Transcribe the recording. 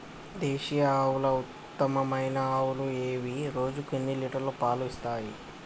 దేశీయ ఆవుల ఉత్తమమైన ఆవులు ఏవి? రోజుకు ఎన్ని లీటర్ల పాలు ఇస్తాయి?